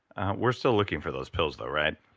we're still looking for those pills though, right?